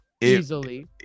easily